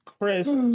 Chris